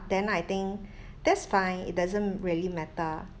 then I think that's fine it doesn't really matter